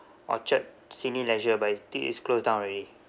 orchard cineleisure but is think is closed down already